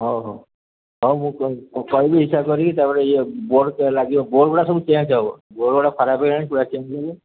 ହଉ ହଉ ହଉ କହିବି ହିସାବ କରିକି ତା'ପରେ ଇଏ ବୋର୍ଡ଼୍ ଲାଗିବ ବୋର୍ଡ଼୍ ଗୁଡ଼ା ସବୁ ଚେଞ୍ଜ ହବ ବୋର୍ଡ଼୍ ଗୁଡ଼ା ଖରାପ ହେଇଗଲାଣି ପୁରା ଚେଞ୍ଜ ହବ